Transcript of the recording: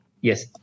Yes